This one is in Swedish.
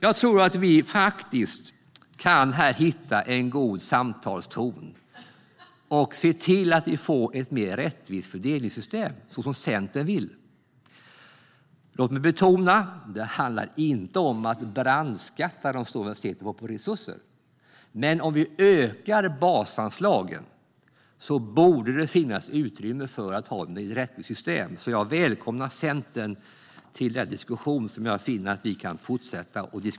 Jag tror att vi kan hitta en god samtalston och se till att vi får ett mer rättvist fördelningssystem, så som Centern vill. Låt mig betona att det inte handlar om att brandskatta de stora universiteten på resurser. Men om vi ökar basanslagen borde det finnas utrymme för att ha ett mer rättvist system. Jag välkomnar Centern till fortsatt diskussion om detta.